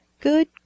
good